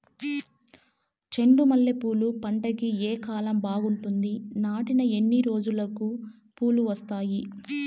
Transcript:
చెండు మల్లె పూలు పంట కి ఏ కాలం బాగుంటుంది నాటిన ఎన్ని రోజులకు పూలు వస్తాయి